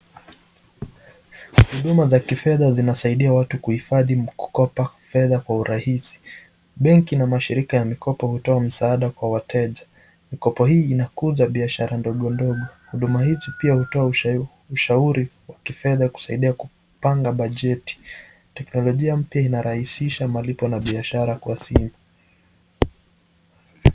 Huduma za kifedha zinasaidia watu kuhifadhi kukopa fedha kwa urahisi. Benki na mashirika ya mikopo hutoa msaada kwa wateja. Mikopo hii inakuza biashara ndogo ndogo, Huduma hizi pia hutoa usha ushauri wa kifedha kusaidia kupanga bajeti. Teknolojia pia inarahisisha malipo na biashara kwa simu.